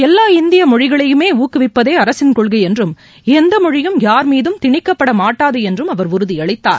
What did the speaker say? எல்லா இந்திய மொழிகளையும் ஊக்குவிப்பதே அரசின் கொள்கை என்றும் எந்த மொழியும் யார் மீதும் திணிக்கப்பட மாட்டாது என்றும் அவர் உறுதி அளித்தார்